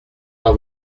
dans